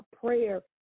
prayer